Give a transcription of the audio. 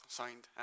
signed